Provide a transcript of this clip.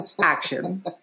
action